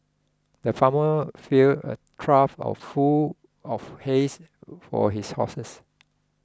the farmer filled a trough of full of hays for his horses